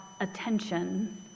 attention